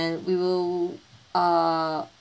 and we will err